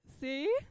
See